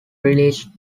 release